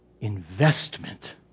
investment